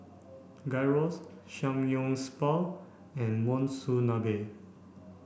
Gyros Samgyeopsal and Monsunabe